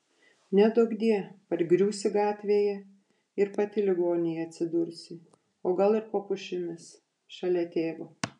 neduokdie pargriūsi gatvėje ir pati ligoninėje atsidursi o gal ir po pušimis šalia tėvo